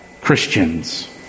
Christians